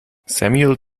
samuel